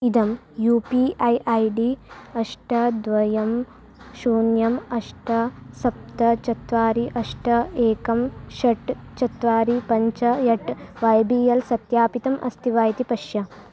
इदं U P I I D अष्ट द्वयं शून्यम् अष्ट सप्त चत्वारि अष्ट एकं षट् चत्वारि पञ्च एट् वै बी एल् सत्यापितम् अस्ति वा इति पश्य